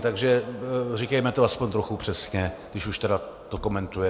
Takže říkejme to aspoň trochu přesně, když už to tedy komentujeme.